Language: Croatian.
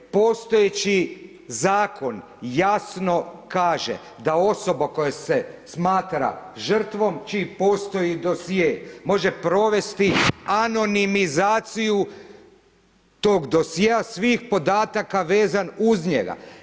Postojeći zakon jasno kaže da osoba koja se smatra žrtvom, čiji postoji dosje može provesti anonimizaciju tog dosjea svih podataka vezan uz njega.